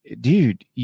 dude